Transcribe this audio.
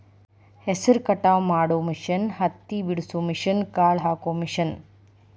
ಹೆಸರ ಕಟಾವ ಮಾಡು ಮಿಷನ್ ಹತ್ತಿ ಬಿಡಸು ಮಿಷನ್, ಕಾಳ ಹಾಕು ಮಿಷನ್